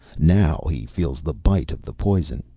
now he feels the bite of the poison.